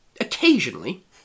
occasionally